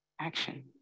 action